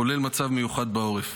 כולל מצב מיוחד בעורף,